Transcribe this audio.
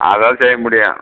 அதான் செய்ய முடியும்